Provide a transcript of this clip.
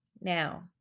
Now